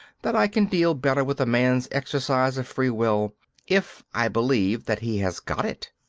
that i can deal better with a man's exercise of freewill if i believe that he has got it.